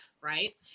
right